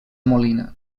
molina